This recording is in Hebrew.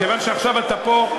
מאחר שעכשיו אתה פה,